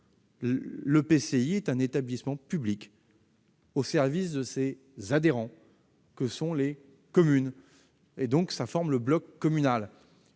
l'EPCI est un établissement public au service de ses adhérents que sont les communes. L'ensemble forme le bloc communal,